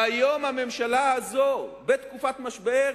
והיום הממשלה הזאת, בתקופת משבר,